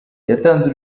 yatanze